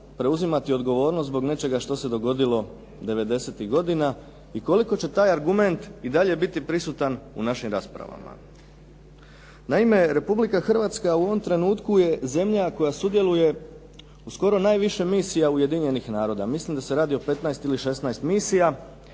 preuzimati odgovornost zbog nečega što se dogodilo devedesetih godina i koliko će taj argument i dalje biti prisutan u našim raspravama. Naime, Republika Hrvatska u ovom trenutku je zemlja koja sudjeluje u skoro najviše misija Ujedinjenih naroda, mislim da se radi o petnaest ili